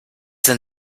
denn